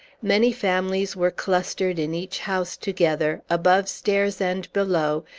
many families were clustered in each house together, above stairs and below,